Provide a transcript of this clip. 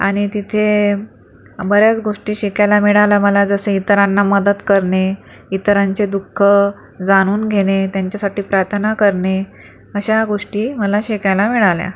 आणि तिथे बऱ्याच गोष्टी शिकायला मिळाल्या मला जसं इतरांना मदत करणे इतरांचे दुःख जाणून घेणे त्यांच्यासाठी प्रार्थना करणे अशा गोष्टी मला शिकायला मिळाल्या